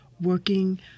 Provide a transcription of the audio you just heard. working